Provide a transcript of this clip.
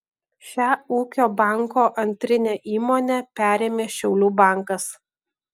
šią ūkio banko antrinę įmonę perėmė šiaulių bankas